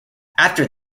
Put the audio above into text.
after